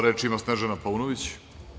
Reč ima Snežana Paunović.